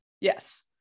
Yes